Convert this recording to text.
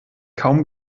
kaum